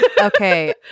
Okay